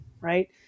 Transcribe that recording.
right